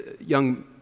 young